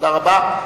תודה רבה.